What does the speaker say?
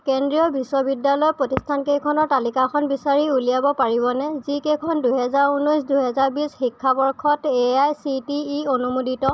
কেন্দ্ৰীয় বিশ্ববিদ্যালয় প্ৰতিষ্ঠানকেইখনৰ তালিকাখন বিচাৰি উলিয়াব পাৰিবনে যিকেইখন দুহেজাৰ উনৈশ দুহেজাৰ বিশ শিক্ষাবৰ্ষত A I C T E অনুমোদিত